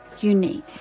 unique